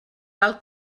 tal